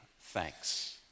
thanks